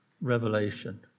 revelation